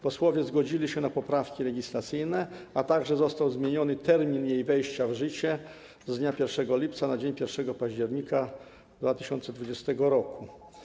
Posłowie zgodzili się na poprawki legislacyjne, a także został zmieniony termin jej wejścia w życie z dnia 1 lipca na dzień 1 października 2020 r.